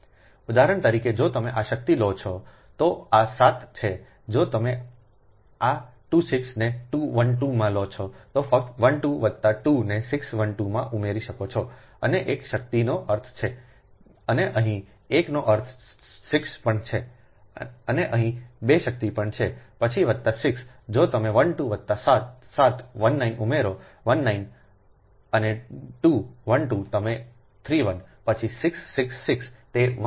ઉદાહરણ તરીકે જો તમે આ શક્તિ લો છો તો આ 7 છે જો તમે આ 2 6 ને 2 12 માં લો છો તો ફક્ત 12 વત્તા 2 ને 6 12 માં ઉમેરી શકો છો અને એક શક્તિનો અર્થ 6 છે અને અહીં 1 નો અર્થ 6 પણ છે અને અહીં 2 શક્તિ પણ છે પછી વત્તા 6 જો તમે 12 વત્તા 7 19 ઉમેરો19 અને 2 12 તમે 31 પછી 6 6 6 તે 18